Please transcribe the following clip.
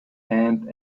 and